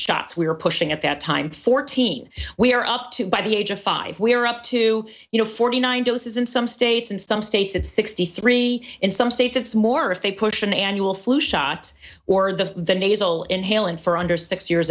shots we are pushing at that time fourteen we are up to by the age of five we are up to you know forty nine doses in some states and some states it's sixty three in some states it's more if they push an annual flu shot or the the nasal inhale and for under six years